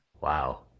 Wow